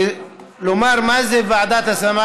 לומר מה זה ועדת השמה,